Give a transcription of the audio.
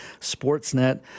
Sportsnet